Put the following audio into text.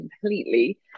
completely